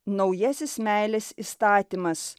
naujasis meilės įstatymas